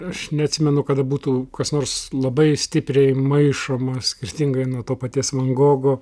aš neatsimenu kad būtų kas nors labai stipriai maišomas skirtingai nuo to paties van gogo